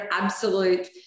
absolute